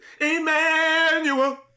Emmanuel